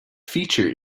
feature